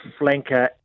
flanker